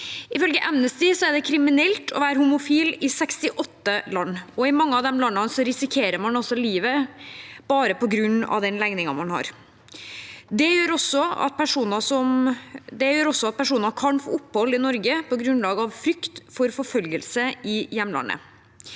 Ifølge Amnesty er det kriminelt å være homofil i 68 land, og i mange av de landene risikerer man også livet bare på grunn av den legningen man har. Det gjør også at personer kan få opphold i Norge på grunnlag av frykt for forfølgelse i hjemlandet.